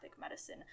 medicine